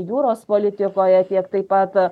jūros politikoje tiek taip pat